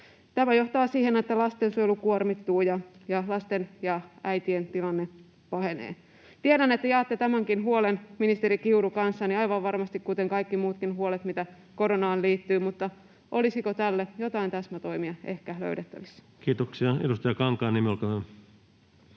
Tämä johtaa siihen, että lastensuojelu kuormittuu ja lasten ja äitien tilanne pahenee. Tiedän, että jaatte tämänkin huolen, ministeri Kiuru, kanssani aivan varmasti, kuten kaikki muutkin huolet, mitä koronaan liittyy, mutta olisiko tälle jotain täsmätoimia ehkä löydettävissä? Kiitoksia. — Edustaja Kankaanniemi, olkaa hyvä.